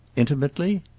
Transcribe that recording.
intimately?